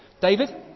David